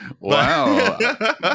wow